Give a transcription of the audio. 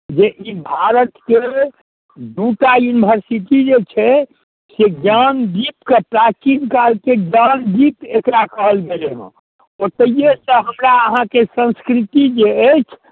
जे ई भारतके दुइ टा इन्भरसिटी जे छै से ज्ञानदीपके प्राचीनकालके ज्ञानदीप एकरा कहल गेलै हँ ओतहिसँ हमरा अहाँके सँस्कृति जे अछि